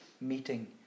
meeting